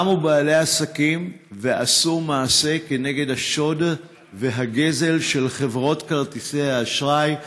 קמו בעלי עסקים ועשו מעשה כנגד השוד והגזל של חברות כרטיסי האשראי,